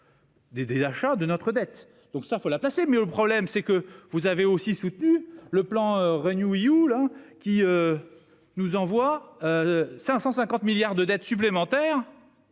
des achats de notre dette. Donc ça il faut la passer mais le problème c'est que vous avez aussi soutenu le plan Renew You là qui. Nous envoie. 550 milliards de dettes supplémentaires.